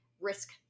risk